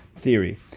theory